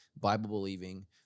Bible-believing